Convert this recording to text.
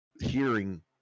hearing